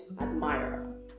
admirer